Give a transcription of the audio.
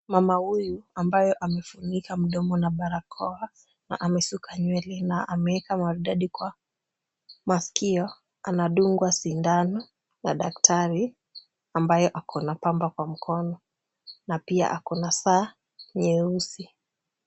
Mama huyu ambaye amefunika mdomo na barakoa na amesuka nywele na ameeka maridadi kwa masikio, anadungwa sindano na daktari ambaye ako na pamba kwa mkono na pia ako na saa nyeusi.